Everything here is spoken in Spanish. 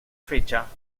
fecha